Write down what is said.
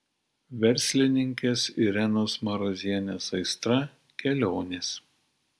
verslininkės irenos marozienės aistra kelionės